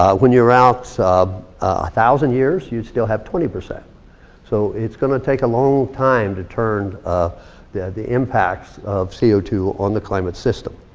when you're out a thousand years, you'd still have twenty. so it's gonna take a long time to turn ah the the impacts of c o two on the climate system.